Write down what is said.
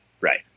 Right